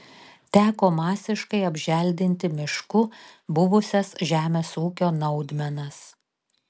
teko masiškai apželdinti mišku buvusias žemės ūkio naudmenas